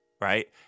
right